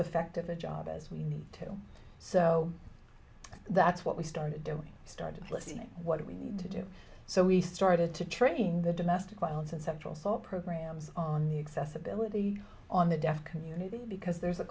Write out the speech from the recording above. effective a job as we need to so that's what we started doing started listening what we need to do so we started to train the domestic violence and central saw programs on the accessibility on the deaf community because there's a